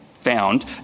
found